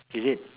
is it